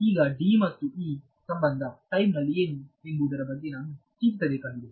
ಈಗ ಮತ್ತು ಸಂಬಂಧ ಟೈಮ್ ನಲ್ಲಿ ಏನು ಎಂಬುದರ ಬಗ್ಗೆ ನಾನು ಚಿಂತಿಸಬೇಕಾಗಿದೆ